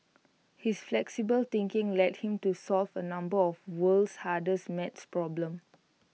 his flexible thinking led him to solve A number of world's hardest math problems